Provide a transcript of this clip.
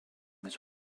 his